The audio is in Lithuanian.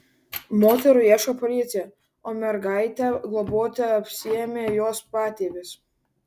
moterų ieško policija o mergaitę globoti apsiėmė jos patėvis